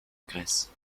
grèce